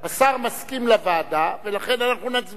השר מסכים לוועדה, ולכן אנחנו נצביע,